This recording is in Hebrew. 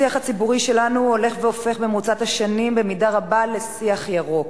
השיח הציבורי שלנו הולך והופך במרוצת השנים במידה רבה לשיח ירוק,